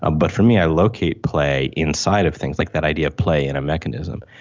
ah but for me i locate play inside of things, like that idea of play in a mechanism.